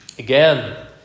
Again